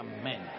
Amen